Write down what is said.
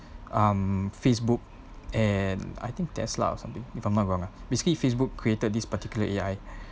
um Facebook and I think Tesla or something if I'm not wrong lah basically Facebook created this particular A_I